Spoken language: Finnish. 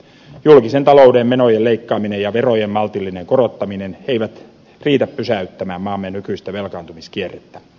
julkisen talouden menojen leikkaaminen ja verojen maltillinen korottaminen eivät riitä pysäyttämään maamme nykyistä velkaantumiskierrettä